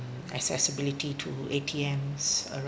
accessibility to A_T_Ms around